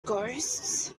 ghosts